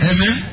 Amen